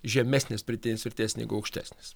žemesnės pridėtinės vertės negu aukštesnės